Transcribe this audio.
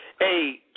Hey